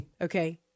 Okay